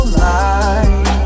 light